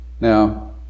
now